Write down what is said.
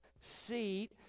seat